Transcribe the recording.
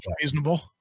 reasonable